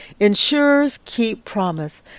InsurersKeepPromise